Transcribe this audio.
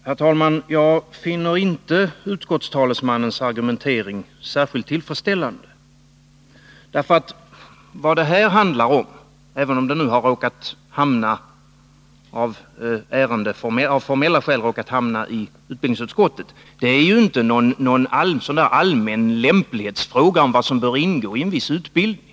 Herr talman! Jag finner inte utskottstalesmannens argumentering särskilt tillfredsställande. Vad det här handlar om, även om ärendet nu av formella skäl råkat hamna i utbildningsutskottet, är ju inte någon allmän fråga om vilka inslag som skall anses vara lämpliga i en viss utbildning.